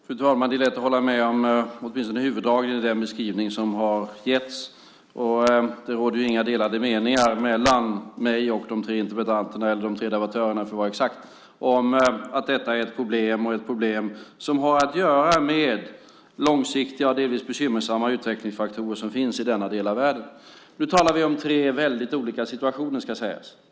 Fru talman! Det är lätt att hålla med om åtminstone huvuddragen i den beskrivning som har getts. Det råder inga delade meningar mellan mig och de tre debattörerna om att detta är ett problem och ett problem som har att göra med långsiktiga och delvis bekymmersamma utvecklingsfaktorer som finns i denna del av världen. Nu talar vi om tre väldigt olika situationer, ska sägas.